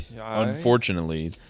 unfortunately